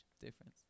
difference